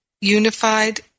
unified